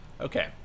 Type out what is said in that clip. Okay